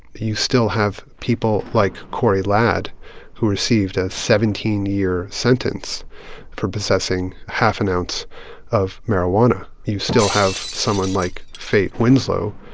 you still have people like corey ladd who received a seventeen year sentence for possessing half an ounce of marijuana. you still have someone like fate winslow,